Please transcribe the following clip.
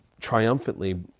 triumphantly